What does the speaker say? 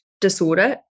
disorder